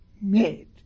made